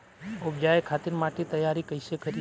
उपजाये खातिर माटी तैयारी कइसे करी?